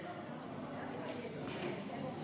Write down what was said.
האוצר,